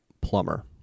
Plumber